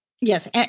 Yes